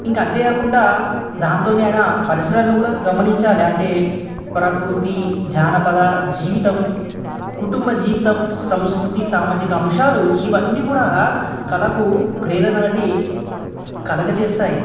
ఇంకా అంతేకాకుండా దాంతోని అయినా పరిసరాలను కూడా గమనించాలి అంటే ప్రకృతి జానపద జీవితం కుటుంబ జీవితం సంస్కృతి సామాజిక అంశాలు ఇవన్నీ కూడా కళలకు ప్రేరణ అనేది కలగ చేస్తాయి